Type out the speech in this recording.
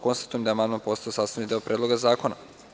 Konstatujem da je amandman postao sastavni deo Predloga zakona.